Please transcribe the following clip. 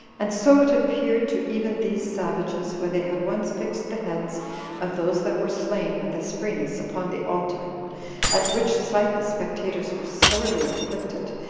and so it appeared to even these savages, when they had once fixed the heads of those that were slain with asprenas upon the altar at which sight the spectators were sorely afflicted,